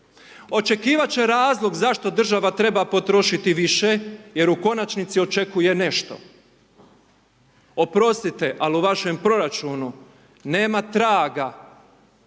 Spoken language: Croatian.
očekivati će razlog zašto država treba potrošiti više jer u konačnici očekuje nešto. Oprostite ali u vašem proračunu nema traga